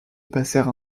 passèrent